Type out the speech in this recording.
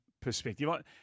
perspective